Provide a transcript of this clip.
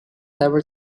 ever